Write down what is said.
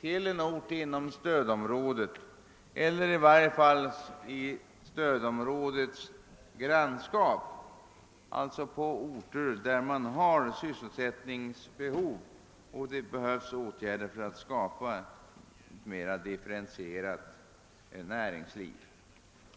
till en ort inom stödområdet eller i varje fall en ort i stödområdets grannskap, d.v.s. orter där man har sysselsättningsbehov och där det behövs åtgärder för att skapa ett mera differentierat näringsliv.